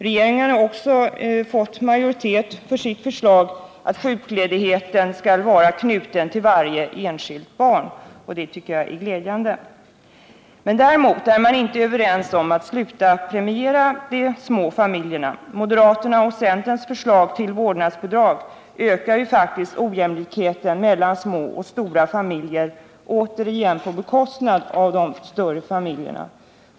Regeringen har också fått majoritet för sitt förslag om att sjukledigheten skall vara knuten till varje enskilt barn. Det tycker jag är glädjande. Däremot är man inte överens om att vi skall sluta upp att premiera de små familjerna. Moderata samlingspartiets och centerpartiets förslag till vårdnadsbidrag ökar faktiskt ojämlikheten mellan små och stora familjer — återigen på de stora familjernas bekostnad.